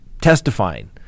testifying